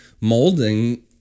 molding